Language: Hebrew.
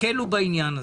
תקלו בעניין הזה.